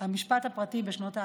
הפרטי בשנות האלפיים.